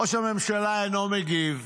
ראש הממשלה אינו מגיב,